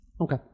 Okay